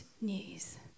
news